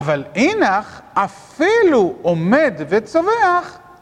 אבל אינך אפילו עומד וצווח.